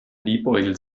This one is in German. liebäugelt